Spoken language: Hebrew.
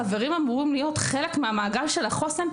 חברים אמורים להיות חלק מהמעגל של החוסן.